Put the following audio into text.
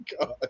god